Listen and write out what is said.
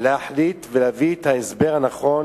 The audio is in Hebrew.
להחליט ולהביא את ההסבר הנכון